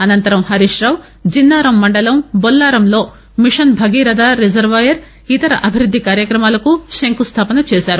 అనంతరం హరీష్రావు జిన్నారం మండలం బొల్లారంలో మిషన్ భగీరధ రిజర్వాయర్ ఇతర అభివృద్ది కార్యక్రమాలకు శంకుస్దాపన చేశారు